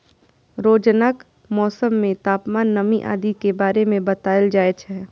रोजानाक मौसम मे तापमान, नमी आदि के बारे मे बताएल जाए छै